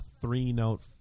three-note